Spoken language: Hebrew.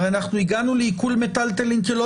הרי אנחנו הגענו לעיקול מיטלטלין כי לא